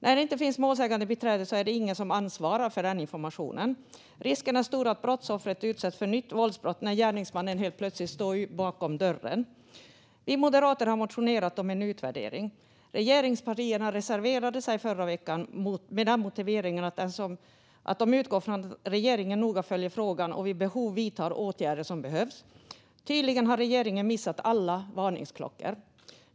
När det inte finns målsägandebiträde är det ingen som ansvarar för den informationen. Risken är stor att brottsoffret utsätts för nya våldsbrott när gärningsmannen helt plötsligt står bakom dörren. Vi moderater har motionerat om en utvärdering. Regeringspartierna reserverade sig förra veckan med motiveringen att de utgår från att regeringen noga följer frågan och vid behov vidtar åtgärder som behövs. Tydligen har regeringen missat alla varningsklockor.